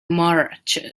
marge